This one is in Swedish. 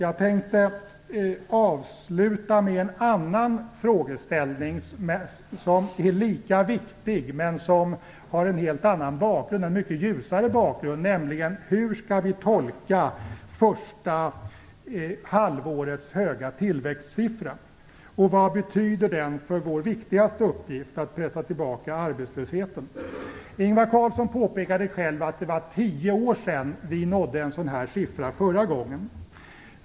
Jag tänkte avsluta med en annan frågeställning som är lika viktig, men som har en helt annan och mycket ljusare bakgrund, nämligen hur vi skall tolka det första halvårets höga tillväxtsiffra och vad den betyder för vår viktigaste uppgift - att pressa tillbaka arbetslösheten. Ingvar Carlsson påpekade själv att det var tio år sedan vi nådde en sådan här siffra förra gången.